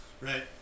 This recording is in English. Right